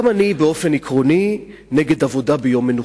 גם אני באופן עקרוני נגד עבודה ביום מנוחה,